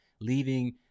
leaving